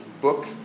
book